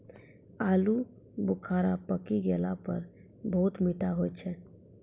आलू बुखारा पकी गेला पर बहुत मीठा होय छै